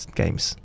games